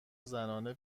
زنانه